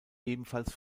ebenfalls